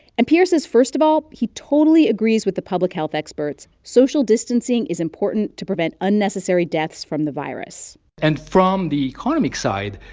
and pierre says, first of all, he totally agrees with the public health experts. social distancing is important to prevent unnecessary deaths from the virus and from the economic side,